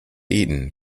eton